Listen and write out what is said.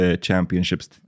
championships